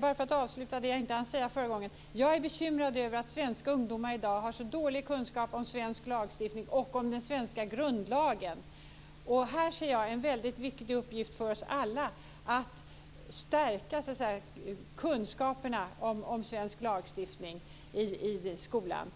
För att avsluta det som jag inte hann säga förra gången vill jag påpeka att jag är bekymrad över att svenska ungdomar i dag har så dålig kunskap om svensk lagstiftning och om den svenska grundlagen. Jag ser en viktig uppgift för oss alla i att stärka kunskaperna om svensk lagstiftning i skolan.